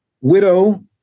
widow